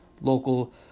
Local